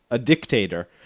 a dictator,